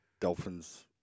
Dolphins